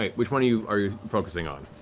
which one are you are you focusing on?